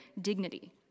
dignity